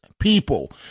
people